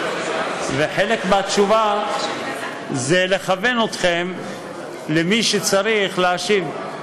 וחלק מהתשובה זה לכוון אתכם למי שצריך להשיב.